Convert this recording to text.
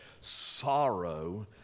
sorrow